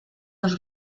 los